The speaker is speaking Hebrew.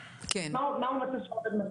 מה הוא מצהיר שהעובד מסר לו?